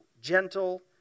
gentle